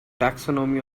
taxonomy